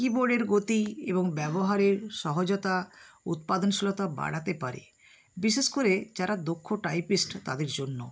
কীবোর্ডের গতি এবং ব্যবহারের সহজতা উৎপাদনশীলতা বাড়াতে পারে বিশেষ করে যারা দক্ষ টাইপিস্ট তাদের জন্য